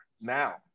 now